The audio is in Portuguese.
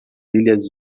ilhas